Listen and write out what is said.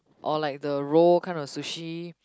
or like the roll kind of sushi